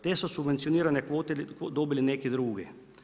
Te su subvencionirane kvote dobili neki drugi.